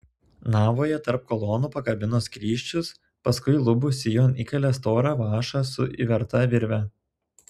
navoje tarp kolonų pakabino skrysčius paskui lubų sijon įkalė storą vąšą su įverta virve